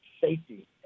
safety